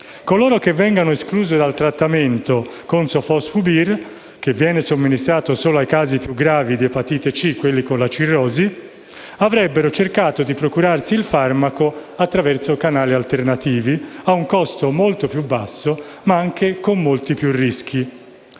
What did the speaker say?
Coloro che vengono esclusi dal trattamento con Sofosbuvir, che viene somministrato solo ai casi più gravi di epatite C (quelli con la cirrosi), avrebbero cercato di procurarsi il farmaco attraverso canali alternativi a un costo molto più basso, ma con molti più rischi.